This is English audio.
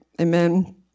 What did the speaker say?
Amen